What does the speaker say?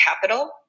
capital